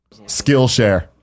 Skillshare